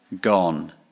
gone